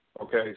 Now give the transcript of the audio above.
Okay